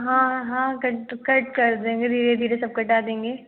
हाँ हाँ cut cut कर देंगे धीरे धीरे सब काटा देंगे